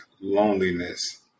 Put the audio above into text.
loneliness